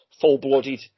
full-blooded